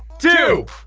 two,